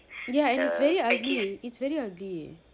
ya and it's very ugly it's very ugly